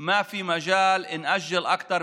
אי-אפשר לדחות עוד.